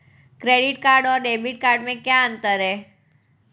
Credit card और debit card में क्या अंतर है?